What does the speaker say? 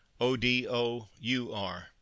O-D-O-U-R